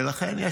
ולכן,